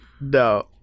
No